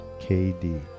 KD